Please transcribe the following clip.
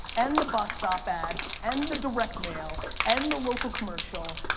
and the bus stop ad, and the direct mail, and the local commercial,